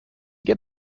get